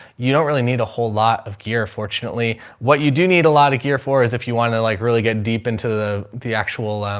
you don't really need a whole lot of gear. fortunately, what you do need a lot of gear for is if you want to like really get deep into the, the actual, um,